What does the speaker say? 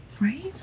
Right